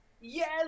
Yes